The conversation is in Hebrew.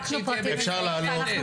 אפשר לעלות,